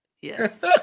Yes